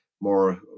more